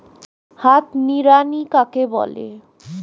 হাত নিড়ানি কাকে বলে?